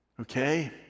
okay